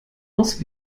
aufs